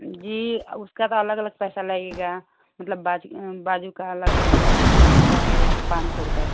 जी अब उसका तो अलग अलग पैसा लगेगा मतलब बाजू बाजू का अलग रहेगा एक बाजू का है पाँच सौ रुपये